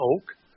oak